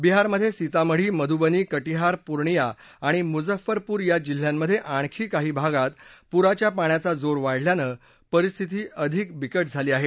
बिहारमधे सितामढी मधूबनी कटिहार पुर्णिया आणि मुजफ्फरपूर या जिल्ह्यांमधे आणखी काही भागात पुराच्या पाण्याचा जोर वाढल्यानं परिस्थिती अधिक बिकट झाली आहे